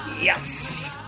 Yes